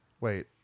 Wait